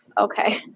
okay